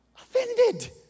offended